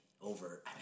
over